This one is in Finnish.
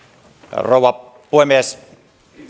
rouva puhemies